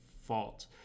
fault